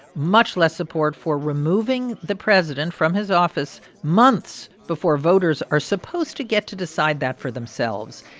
much less support for removing the president from his office months before voters are supposed to get to decide that for themselves.